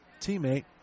teammate